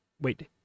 wait